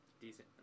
decent